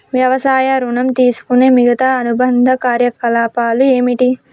వ్యవసాయ ఋణం తీసుకునే మిగితా అనుబంధ కార్యకలాపాలు ఏమిటి?